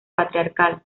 patriarcal